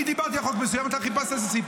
אני דיברתי על חוק מסוים, אתה חיפשתי איזה סיפור.